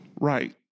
right